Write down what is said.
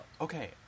Okay